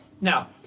Now